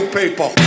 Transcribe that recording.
people